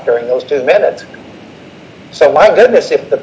during those two minutes so my goodness if the